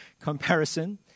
Comparison